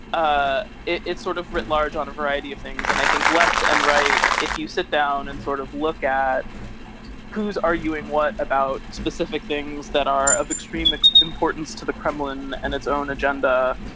ah it's sort of writ large on a. variety of things, and i think left and right. if you sit down and sort of look at who's arguing what about specific things that are of extreme importance to the kremlin and its own agenda,